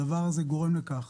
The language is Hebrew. הדבר הזה גורם לכך